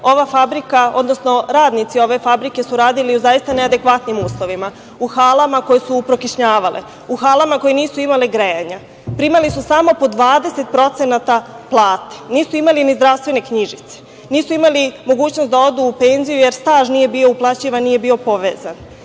ova fabrika, odnosno radnici ove fabrike su radili u zaista neadekvatnim uslovima, u halama koje su prokišnjavale, u halama koje nisu imale grejanje. Primali su samo po 20% od plate, nisu imali ni zdravstvene knjižice. Nisu imali mogućnost da odu u penziju jer staž nije bio uplaćivan, nije bio povezan.